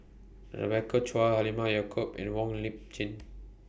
Rebecca Chua Halimah Yacob and Wong Lip Chin